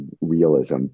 realism